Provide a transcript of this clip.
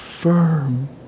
firm